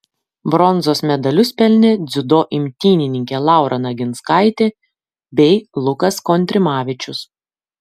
bronzos medalius pelnė dziudo imtynininkė laura naginskaitė bei lukas kontrimavičius